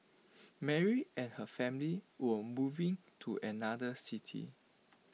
Mary and her family were moving to another city